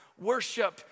Worship